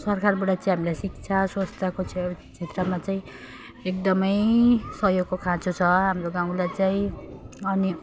सरकारबाट चाहिँ हामीलाई शिक्षा स्वास्थ्यको क्षेत्र क्षेत्रमा चाहिँ एकदमै सहयोगको खाँचो छ हाम्रो गाउँलाई चाहिँ अनि